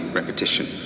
repetition